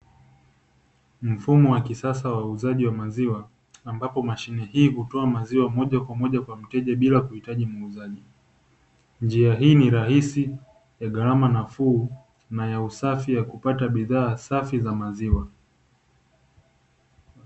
Mfumo wa kisasa wa uuzaji wa maziwa ambapo mashine hii hutoa maziwa moja kwa moja kwa mteja bila kuhitaji muuzaji, njia hii ni rahisi ya gharama nafuu na ya usafi yakupata bidhaa safi za maziwa.